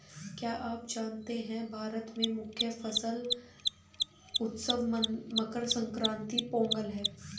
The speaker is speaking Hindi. क्या आप जानते है भारत में मुख्य फसल उत्सव मकर संक्रांति, पोंगल है?